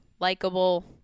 likable